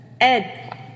Ed